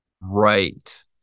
right